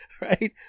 Right